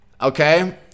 okay